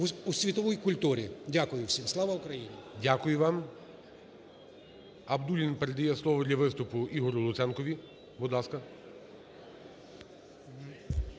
у світовій культурі. Дякую всім. Слава Україні! ГОЛОВУЮЧИЙ. Дякую вам. Абдуллін передає слово для виступу Ігорю Луценкові. Будь ласка.